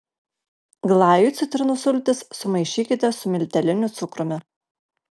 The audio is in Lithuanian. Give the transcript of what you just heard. glajui citrinų sultis sumaišykite su milteliniu cukrumi